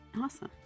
Awesome